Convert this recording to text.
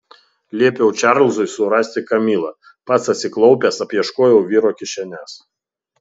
liepiau čarlzui surasti kamilą pats atsiklaupęs apieškojau vyro kišenes